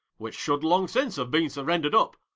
which should long since have been surrendered up,